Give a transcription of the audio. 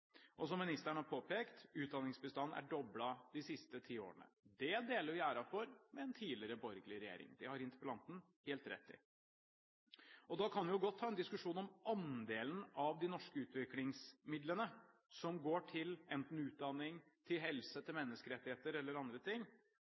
og som ministeren har påpekt, er utdanningsbistanden doblet de siste ti årene. Det deler vi æren for med en tidligere borgerlig regjering – det har interpellanten helt rett i. Da kan vi godt ta en diskusjon om andelen av de norske utviklingsmidlene som går enten til utdanning, til helse, til menneskerettigheter eller til andre ting,